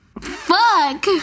Fuck